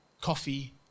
coffee